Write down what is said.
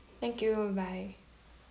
thank you bye bye